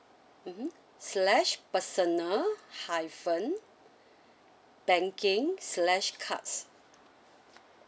mmhmm slash personal hyphen banking slash cards